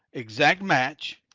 exact match.